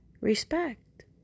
respect